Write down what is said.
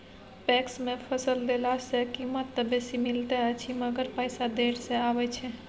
PACS मे फसल देला सॅ कीमत त बेसी मिलैत अछि मगर पैसा देर से आबय छै